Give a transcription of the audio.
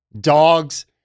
dogs